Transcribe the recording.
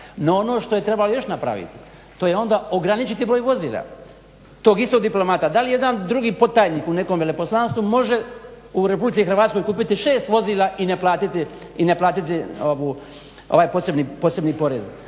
No, ono što je još trebalo napraviti to je onda ograničiti broj vozila tog istog diplomata. Da li jedan drugi podtajnik u nekom veleposlanstvu može u Republici Hrvatskoj kupiti šest vozila i ne platiti ovaj posebni porez?